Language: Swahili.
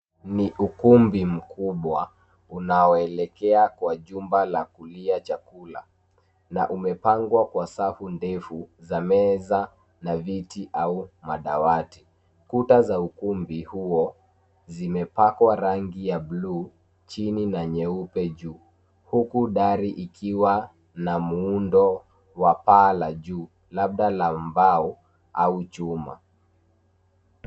Ni ukumbi mkubwa unaoelekea kwa jumba la kulia chakula, na umepangwa kwa safu ndefu za meza na viti au madawati. Kuta za ukumbi huo zimepakwa rangi ya buluu chini na nyeupe juu, huku dari ikiwa na muundo wa paa la juu labda la mbao au chuma.